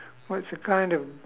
well it's a kind of